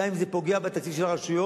גם אם זה פוגע בתקציב של הרשויות.